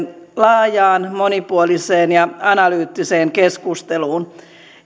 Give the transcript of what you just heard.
laajaan monipuoliseen ja analyyttiseen keskusteluun